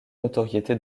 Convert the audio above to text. notoriété